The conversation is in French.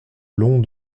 long